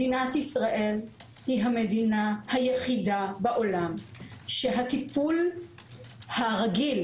מדינת ישראל היא המדינה היחידה בעולם שהטיפול הרגיל,